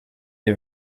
est